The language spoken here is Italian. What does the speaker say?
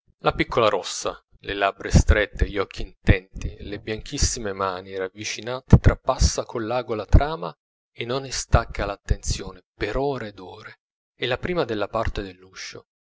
la piccola rossa le labbra strette gli occhi intenti le bianchissime mani ravvicinate trapassa con l'ago la trama e non ne stacca l'attenzione per ore ed ore è la prima dalla parte dell'uscio